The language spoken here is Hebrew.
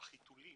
שנמצא בחיתולים.